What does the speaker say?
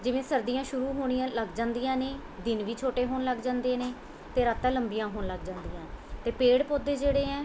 ਜਿਵੇਂ ਸਰਦੀਆਂ ਸ਼ੁਰੂ ਹੋਣੀਆਂ ਲੱਗ ਜਾਂਦੀਆਂ ਨੇ ਦਿਨ ਵੀ ਛੋਟੇ ਹੋਣ ਲੱਗ ਜਾਂਦੇ ਨੇ ਅਤੇ ਰਾਤਾਂ ਲੰਬੀਆਂ ਹੋਣ ਲੱਗ ਜਾਂਦੀਆਂ ਅਤੇ ਪੇੜ ਪੌਦੇ ਜਿਹੜੇ ਹੈ